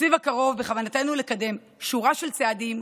בתקציב הקרוב בכוונתנו לקדם שורה של צעדים,